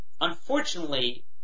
Unfortunately